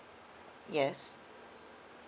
yes